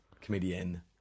comedian